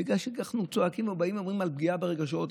בגלל שאנחנו צועקים ובאים ואומרים על פגיעה ברגשות,